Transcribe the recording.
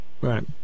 right